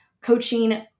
Coaching